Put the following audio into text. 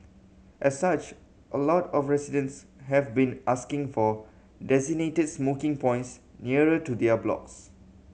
as such a lot of residents have been asking for designated smoking points nearer to their blocks